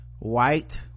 white